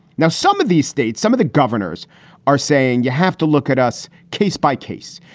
now, some of these states, some of the governors are saying you have to look at us. case by case,